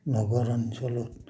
নগৰ অঞ্চলত